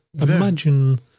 Imagine